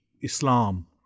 Islam